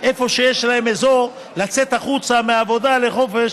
איפה שיש להם אזור לצאת החוצה מהעבודה לחופש.